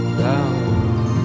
down